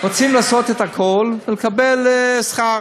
רוצים לעשות את הכול, ולקבל שכר.